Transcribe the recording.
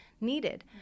needed